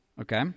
Okay